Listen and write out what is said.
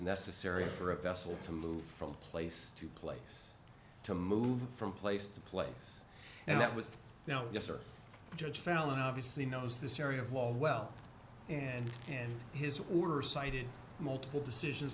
necessary for a vessel to move from place to place to move from place to place and that was now yes or the judge found obviously knows this area of law well and and his order cited multiple decisions